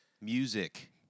music